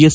S